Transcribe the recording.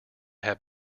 have